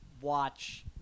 watch